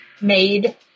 Made